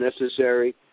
necessary